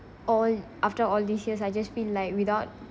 all after all these years I just feel like without